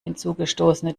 hinzugestoßene